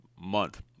month